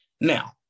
Now